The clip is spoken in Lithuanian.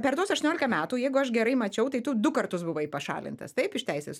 per tuos aštuoniolika metų jeigu aš gerai mačiau tai tu du kartus buvai pašalintas taip iš teisės